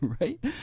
right